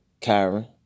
Kyron